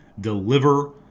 deliver